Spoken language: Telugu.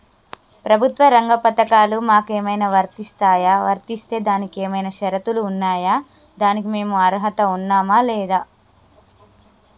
ప్రభుత్వ రంగ పథకాలు మాకు ఏమైనా వర్తిస్తాయా? వర్తిస్తే దానికి ఏమైనా షరతులు ఉన్నాయా? దానికి మేము అర్హత ఉన్నామా లేదా?